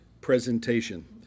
presentation